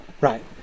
right